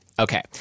Okay